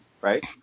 right